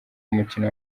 umukino